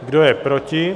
Kdo je proti?